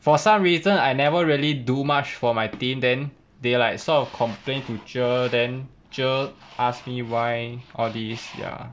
for some reason I never really do much for my team then they like sort of complain to teacher then teacher ask me why all these ya